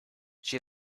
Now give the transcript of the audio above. she